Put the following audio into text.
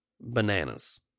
bananas